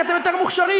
כי אתם יותר מוכשרים,